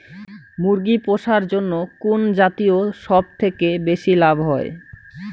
মুরগি পুষার জন্য কুন জাতীয় সবথেকে বেশি লাভ হয়?